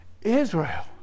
Israel